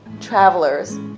travelers